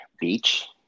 beach